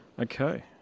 okay